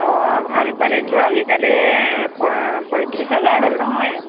অঁ ভাল কুৱালিটিটো আজিকালি প পঁয়ত্ৰিছ হাজাৰ হ'ল নহয়